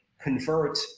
convert